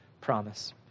promise